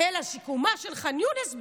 אלא שיקומה של ח'אן יונס,